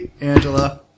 Angela